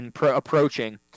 approaching